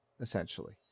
essentially